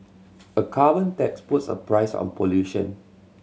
a carbon tax puts a price on pollution